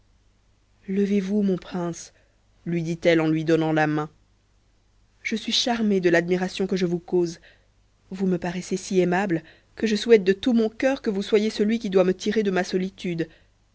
levez-vous mon prince lui dit-elle en lui donnant la main je suis charmée de l'admiration que je vous cause vous paraissez si aimable que je souhaite de tout mon cœur que vous soyez celui qui doit me tirer de ma solitude